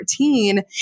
14